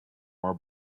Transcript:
that